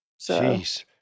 Jeez